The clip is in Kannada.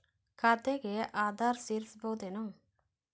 ಖಾತೆಗೆ ಆಧಾರ್ ಸೇರಿಸಬಹುದೇನೂ?